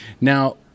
now